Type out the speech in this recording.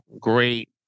great